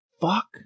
fuck